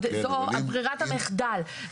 שזו ברירת המחדל,